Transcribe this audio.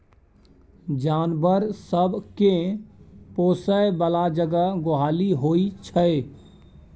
जानबर सब केँ पोसय बला जगह गोहाली होइ छै